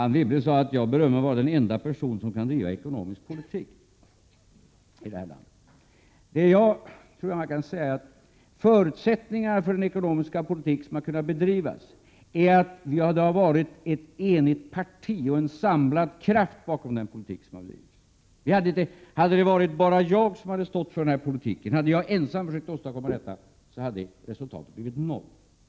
Anne Wibble sade att jag berömmer mig för att vara den enda person som kan driva ekonomisk politik i det här landet. Jag tror jag kan säga att förutsättningen för den ekonomiska politik som har kunnat bedrivas är att det har varit ett enigt parti och en samlad kraft bakom den politik som har bedrivits. Hade det bara varit jag som hade stått för den politiken och hade jag ensam försökt åstadkomma detta, så hade resultatet blivit noll.